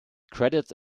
credits